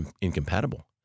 incompatible